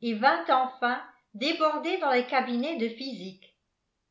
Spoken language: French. et vint enfin déborder dans le cabinet de physique